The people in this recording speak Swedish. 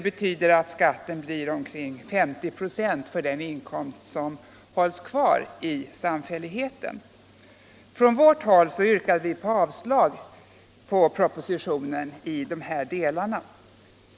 Skatten blir alltså omkring 50 96 för inkomst som hålls kvar i samfälligheten. Från vårt håll yrkade vi avslag på propositionen i dessa delar.